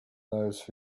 those